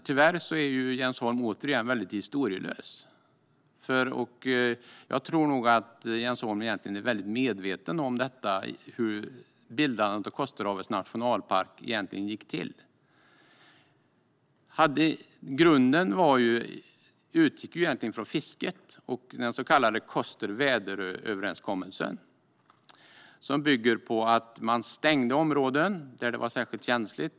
Tyvärr är Jens Holm återigen väldigt historielös. Jag tror att Jens Holm egentligen är väldigt medveten om hur bildandet av Kosterhavets nationalpark gick till. I grunden utgick man från fisket och den så kallade Koster-Väderö-överenskommelsen, som bygger på att särskilt känsliga områden stängdes.